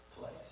place